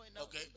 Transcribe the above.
okay